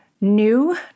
new